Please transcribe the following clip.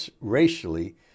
racially